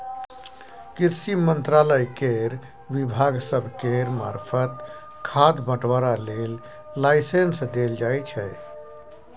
कृषि मंत्रालय केर विभाग सब केर मार्फत खाद बंटवारा लेल लाइसेंस देल जाइ छै